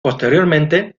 posteriormente